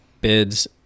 bids